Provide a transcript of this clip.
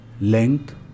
length